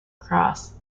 cross